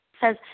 says